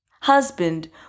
husband